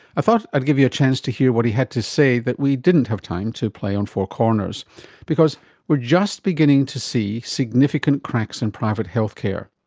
i thought i'd give you a chance to hear what he had to say that we didn't have time to play on four corners because we are just beginning to see significant cracks in private healthcare.